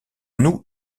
nous